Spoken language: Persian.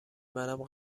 منم